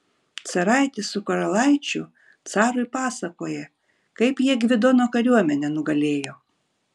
caraitis su karalaičiu carui pasakoja kaip jie gvidono kariuomenę nugalėjo